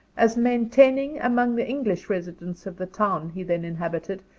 as maintaining among the english residents of the town he then inhabited,